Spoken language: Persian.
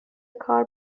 کار